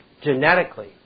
genetically